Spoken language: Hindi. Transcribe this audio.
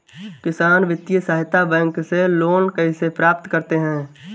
किसान वित्तीय सहायता बैंक से लोंन कैसे प्राप्त करते हैं?